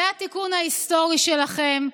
זה התיקון ההיסטורי שלכם,